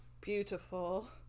beautiful